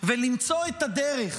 ולמצוא את הדרך